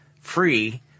free